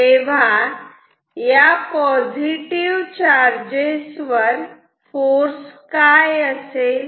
तेव्हा या positive charges वर फोर्स काय असेल